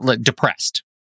depressed